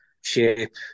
shape